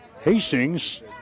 Hastings